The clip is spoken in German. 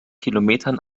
kilometern